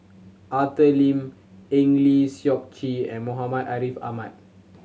Arthur Lim Eng Lee Seok Chee and Muhammad Ariff Ahmad